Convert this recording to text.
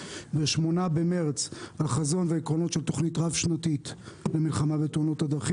ב-8 במרס על חזון ועקרונות של תוכנית רב-שנתית במלחמה בתאונות הדרכים,